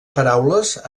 paraules